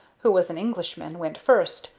who was an englishman, went first,